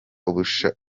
ububasha